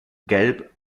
gelb